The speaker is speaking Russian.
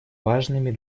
важными